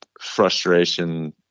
frustration